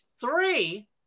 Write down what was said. three